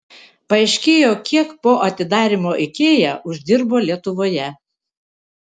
paaiškėjo kiek po atidarymo ikea uždirbo lietuvoje